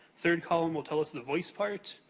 third column will tell us the voice part.